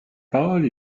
parole